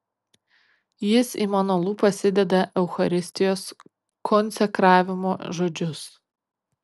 jis į mano lūpas įdeda eucharistijos konsekravimo žodžius